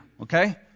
okay